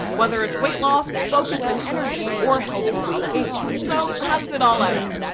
whether it's weight loss, focus and energy, or healthy weight gain. so how does it all add up?